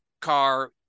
car